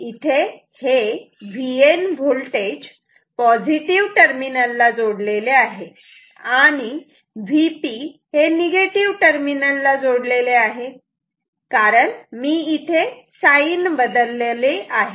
इथे हे Vn voltage positive terminal ला जोडलेले आहे आणि Vp हे निगेटिव टर्मिनल ला जोडलेले आहे कारण मी इथे साइन बदलले आहे